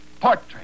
portrait